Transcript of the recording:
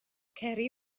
ceri